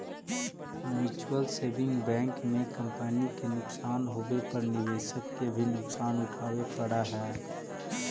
mutual saving bank में company के नुकसान होवे पर निवेशक के भी नुकसान उठावे पड़ऽ हइ